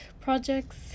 projects